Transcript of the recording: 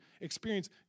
experience